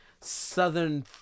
southern